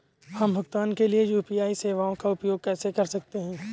हम भुगतान के लिए यू.पी.आई सेवाओं का उपयोग कैसे कर सकते हैं?